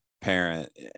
parent